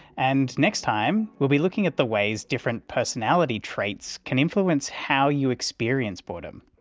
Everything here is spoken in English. and next time we'll be looking at the ways different personality traits can influence how you experience boredom.